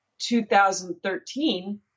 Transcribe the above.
2013